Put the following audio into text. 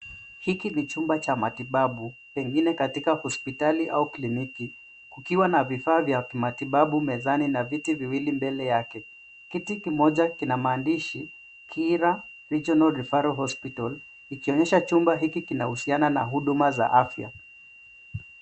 Hiki ni chumba cha matibabu pengine katika hospitali au kliniki kukiwa na vifaa vya kimatibabu mezani na viti viwili mbele yake. Kiti kimoja kina maandishi Kiira Regional Referral Hospital ikionyesha chumba hiki kinahusiana na huduma za afya.